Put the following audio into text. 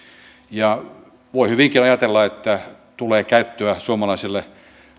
ja voi hyvinkin ajatella että tulee käyttöä suomalaiselle